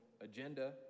agenda